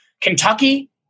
Kentucky